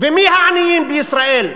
ומי העניים בישראל?